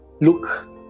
look